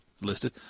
listed